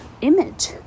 image